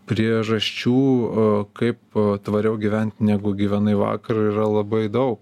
priežasčių kaip tvariau gyvent negu gyvenai vakar yra labai dau